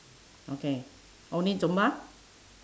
okay only zumba